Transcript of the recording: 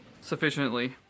Sufficiently